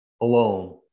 alone